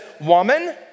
woman